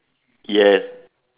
yes